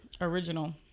Original